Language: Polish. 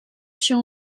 się